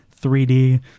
3D